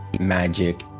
magic